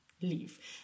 leave